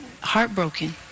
heartbroken